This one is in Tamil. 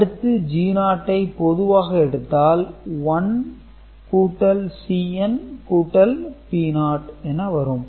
அடுத்து G0 ஐ பொதுவாக எடுத்தால் 1CnP0 என வரும்